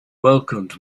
welcomed